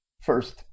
first